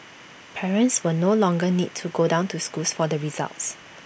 parents will no longer need to go down to schools for the results